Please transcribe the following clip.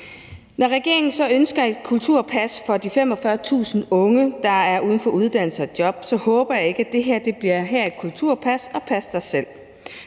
Når regeringen så ønsker et kulturpas for de 45.000 unge, der er uden uddannelse og job, håber jeg ikke, at det her bliver noget med at sige: